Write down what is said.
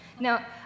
Now